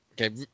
okay